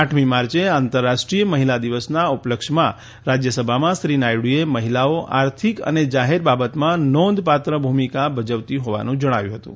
આઠમી માર્ચે આંતરરાષ્ટ્રીય મહિલા દિવસના ઉપલક્ષ્યમાં રાજ્યસભામાં શ્રી નાયડુએ મહિલાઓ આર્થિક અને જાહેર બાબતોમાં નોંધપાત્ર ભૂમિકા ભજવતી હોવાનું જણાવ્યું હતું